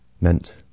meant